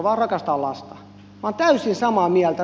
minä olen täysin samaa mieltä